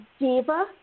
Diva